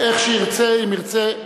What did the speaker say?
איך שירצה, אם ירצה.